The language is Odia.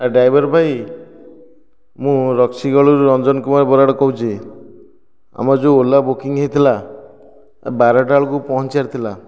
ଏ ଡ୍ରାଇଭର ଭାଇ ମୁଁ ରଶ୍ମୀଗଡ଼ରୁ ରଞ୍ଜନ କୁମାର ବରାଡ଼ କହୁଛି ଆମର ଯେଉଁ ଓଲା ବୁକିଙ୍ଗ ହୋଇଥିଲା ବାରଟା ବେଳକୁ ପହଞ୍ଚିବାର ଥିଲା